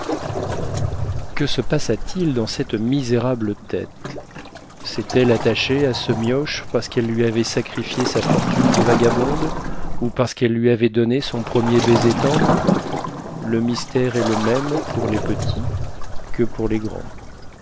que se passa-t-il dans cette misérable tête s'est-elle attachée à ce mioche parce qu'elle lui avait sacrifié sa fortune de vagabonde ou parce qu'elle lui avait donné son premier baiser tendre le mystère est le même pour les petits que pour les grands